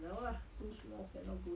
no lah